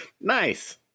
Nice